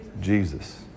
Jesus